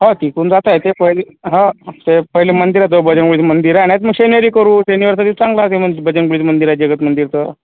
हो तिकून जाता येते पहिली हो ते पहिले मंदिरात जाऊ बजरंग बलीचं मंदिर आहे नाहीतर मग शनिवारी करू शनिवारचा दिवस चांगला फेमस बजरंग बली मंदिर आहे जगत मंदिरचं